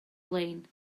lein